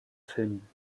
filmen